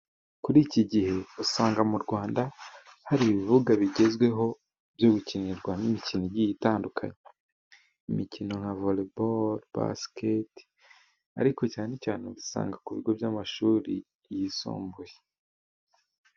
Kuri iki gihe usanga mu Rwanda hari ibibuga bigezweho byo gukinirwa n'imikino igiye itandukanye, imikino nka voreboru, basiketi, ariko cyane cyane ubisanga ku bigo by'amashuri yisumbuye.